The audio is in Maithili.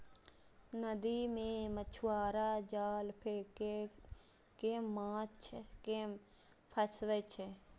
नदी मे मछुआरा जाल फेंक कें माछ कें फंसाबै छै